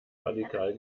radikal